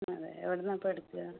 അതെ എവിടെ നിന്നാണ് ഇപ്പോൾ എടുക്കുക